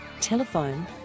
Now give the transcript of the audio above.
Telephone